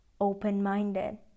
open-minded